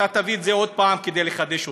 ואתה תביא אותו עוד פעם כדי לחדש אותו.